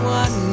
one